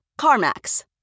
CarMax